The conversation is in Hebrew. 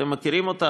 אתם מכירים אותה,